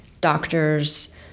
doctors